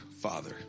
father